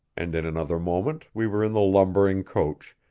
and in another moment we were in the lumbering coach,